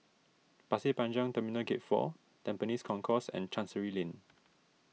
Pasir Panjang Terminal Gate four Tampines Concourse and Chancery Lane